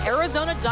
Arizona